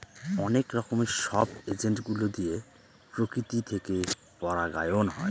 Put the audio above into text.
অনেক রকমের সব এজেন্ট গুলো দিয়ে প্রকৃতি থেকে পরাগায়ন হয়